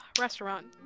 restaurant